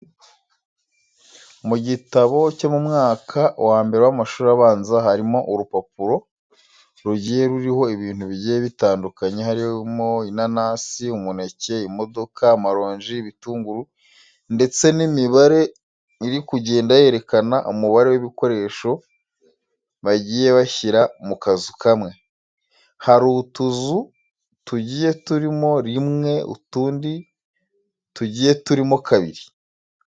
Mu gitabo cyo mu mwaka wa mbere w'amashuri abanza harimo urupapuro rugiye ruriho ibintu bigiye bitandukanye harimo inanasi, umuneke, imodoka, amaronji, ibitunguru ndetse n'imibare iri kugenda yerekana umubare w'ibikoresho bagiye bashyira mu kazu kamwe. Hari utuzu tugiye turimo rimwe, utundi tugiye turimo kabiri.